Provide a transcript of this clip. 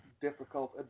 difficult